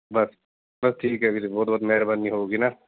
ਬਸ ਬਸ ਠੀਕ ਹੈ ਵੀਰੇ ਬਹੁਤ ਬਹੁਤ ਮਿਹਰਬਾਨੀ ਹੋਊਗੀ ਨਾ